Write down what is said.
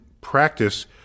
practice